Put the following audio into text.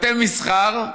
בתי מסחר,